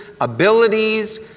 abilities